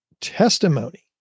testimony